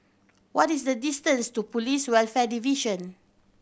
what is the distance to Police Welfare Division